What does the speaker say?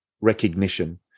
recognition